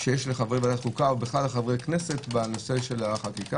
שיש לחברי ועדת חוקה ולחברי הכנסת בכלל בנושא החקיקה,